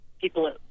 people